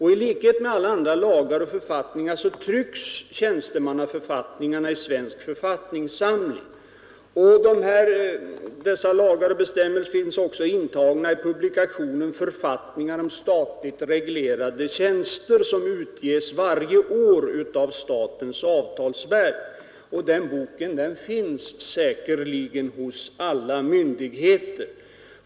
I likhet med alla andra lagar och författningar trycks tjänstemannaförfattningarna i Svensk författningssamling. Dessa lagar och bestämmelser finns också intagna i publikationen Författningar om statligt reglerade tjänster, som utges varje år av statens avtalsverk. Den boken finns säkerligen hos alla myndigheter.